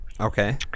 Okay